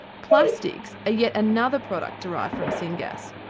plastics are yet another product derived from syn gas,